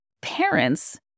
parents